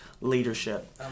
leadership